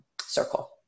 circle